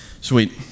sweet